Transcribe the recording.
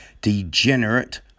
Degenerate